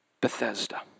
Bethesda